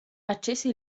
accese